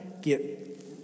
get